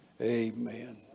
amen